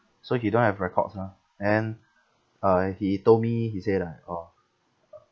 so he don't have records lah and uh he told me he say like orh